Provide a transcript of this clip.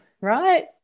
right